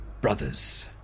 brothers